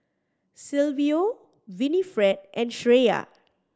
Silvio Winnifred and Shreya